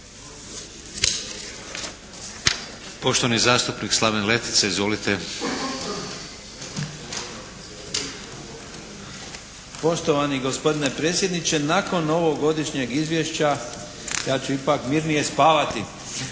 Poštovani gospodine predsjedniče! Nakon ovog godišnjeg izvješća ja ću ipak mirnije spavati